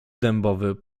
dębowy